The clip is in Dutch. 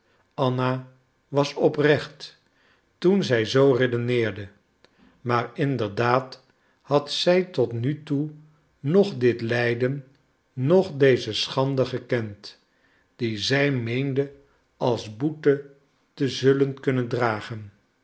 anna was oprecht toen zij zoo redeneerde maar inderdaad had zij tot nu toe noch dit lijden noch deze schande gekend die zij meende als boete te zullen kunnen dragen